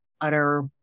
utter